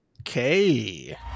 Okay